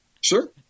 Sure